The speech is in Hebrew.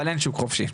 אבל אין שוק חופשי,